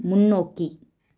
முன்னோக்கி